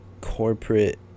corporate